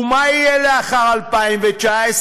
ומה יהיה לאחר 2019?